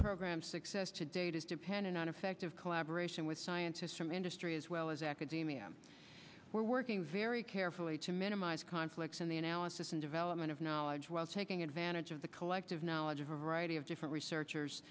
program's success to date is dependent on effective collaboration with scientists from industry as well as academia we're working very carefully to minimize conflicts in the analysis and development of knowledge while taking advantage of the collective knowledge of a variety of different researchers